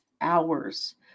hours